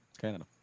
Canada